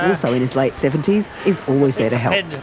also in his late seventy s, is always there to help.